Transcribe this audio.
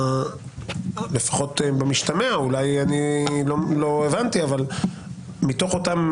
לפחות במשתמע מתוך אותם